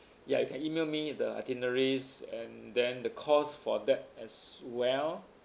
ya you can email me the itineraries and then the cost for that as well